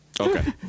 Okay